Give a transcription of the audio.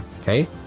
Okay